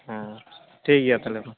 ᱦᱮᱸ ᱴᱷᱤᱠ ᱜᱮᱭᱟ ᱛᱟᱦᱚᱞᱮ ᱢᱟ